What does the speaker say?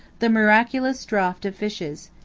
the miraculous draught of fishes,